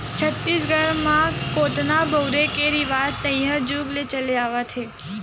छत्तीसगढ़ म कोटना बउरे के रिवाज तइहा जुग ले चले आवत हे